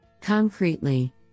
Concretely